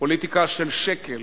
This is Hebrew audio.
פוליטיקה של שקל,